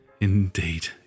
Indeed